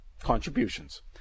contributions